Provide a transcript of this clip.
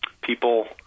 people